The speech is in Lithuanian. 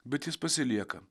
bet jis pasilieka